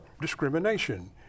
Discrimination